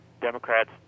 Democrats